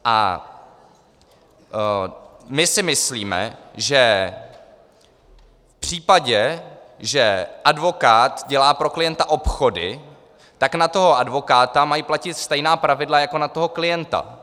A my si myslíme, že v případě, že advokát dělá pro klienta obchody, tak na toho advokáta mají platit stejná pravidla jako na toho klienta.